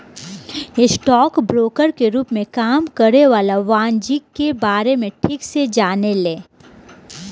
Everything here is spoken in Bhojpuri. स्टॉक ब्रोकर के रूप में काम करे वाला वाणिज्यिक के बारे में ठीक से जाने ले